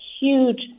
huge